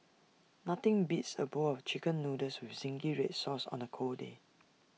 nothing beats A bowl of Chicken Noodles with Zingy Red Sauce on A cold day